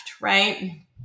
right